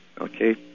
okay